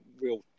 real